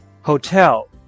hotel